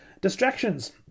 distractions